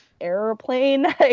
airplane